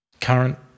current